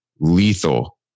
lethal